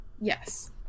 Yes